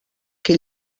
que